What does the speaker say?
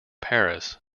paris